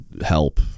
help